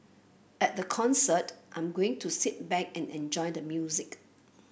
at the concert I'm going to sit back and enjoy the music